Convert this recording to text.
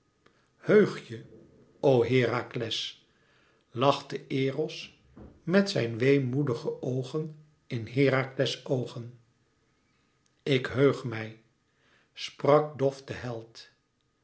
je o herakles lachte eros met zijn weemoedoogen in herakles oogen ik heug mij sprak dof de held